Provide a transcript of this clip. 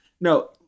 No